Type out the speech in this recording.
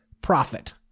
profit